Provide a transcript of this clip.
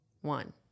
one